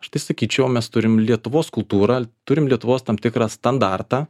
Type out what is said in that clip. aš tai sakyčiau mes turim lietuvos kultūrą turim lietuvos tam tikrą standartą